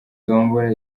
tombola